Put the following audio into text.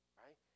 right